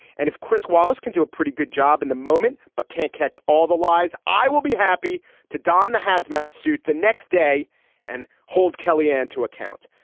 and if chris wallace can do a pretty good job in the moment but can't catch all the lies. i will be happy to don the hazmat suit the next day and hold kellyanne to account.